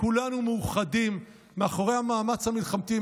כולנו מאוחדים מאחורי המאמץ המלחמתי,